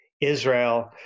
Israel